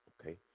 okay